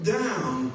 down